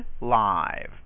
live